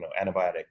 antibiotic